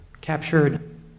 captured